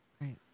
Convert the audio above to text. right